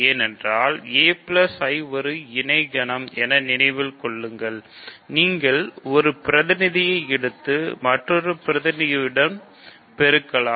ஏனென்றால் a I ஒரு இணை கணம் என நினைவில் கொள்ளுங்கள் நீங்கள் ஒரு பிரதிநிதியை எடுத்து மற்றொரு பிரதிநிதி உடன் பெருக்கலாம்